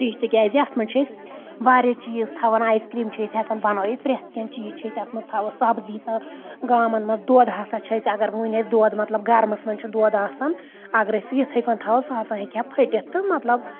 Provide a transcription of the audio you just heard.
فرج تِکیازِ اَتھ منٛز چھِ أسۍ واریاہ چیٖز تھاوَان آیِس کریٖم چھِ أسۍ ہؠکان بَنٲوِتھ پرؠتھ کینٛہہ چیٖز چھِ أسۍ اَتھ منٛز تھاوو سبزی گامَن منٛز دۄد ہسا چھِ أسۍ اگر وٕنۍ اَسہِ دۄد مطلب گرمَس منٛز چھُ دۄد آسان اگر أسۍ سُہ یِتھٕے کٔنۍ تھاوو سُہ ہسا ہیٚکہِ ہا پھٔٹِتھ تہٕ مطلب